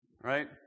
right